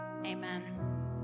Amen